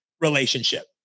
relationship